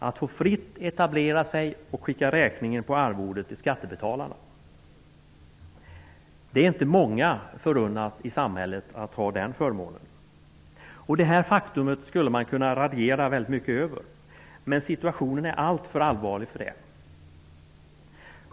Det är inte många förunnat i samhället att få ha förmånen att få fritt etablera sig och skicka räkning på arvodet till skattebetalarna. Detta faktum skulle man kunna raljera mycket över. Men situationen är alltför allvarlig för det.